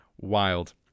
wild